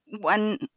one